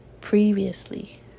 previously